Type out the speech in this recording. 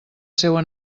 seua